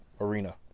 arena